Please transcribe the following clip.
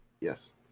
Yes